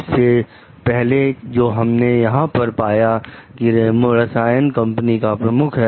सबसे पहले जो हमने यहां पर पाया कि रेमो रसायन कंपनी का प्रमुख है